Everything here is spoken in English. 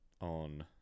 on